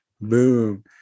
boom